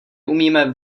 umíme